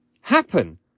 happen